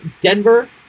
Denver